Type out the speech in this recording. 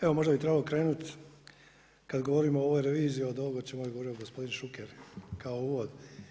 Evo možda bi trebalo krenuti kad govorimo o ovoj reviziji od ovoga o čemu je govorio gospodin Šuker kao uvod.